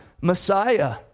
Messiah